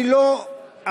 אני לא מבצע